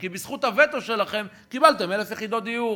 כי בזכות הווטו שלכם קיבלתם 1,000 יחידות דיור,